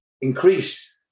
increase